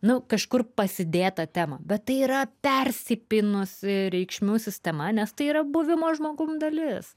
nu kažkur pasidėtą temą bet tai yra persipynusi reikšmių sistema nes tai yra buvimo žmogum dalis